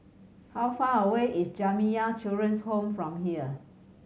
how far away is Jamiyah Children's Home from here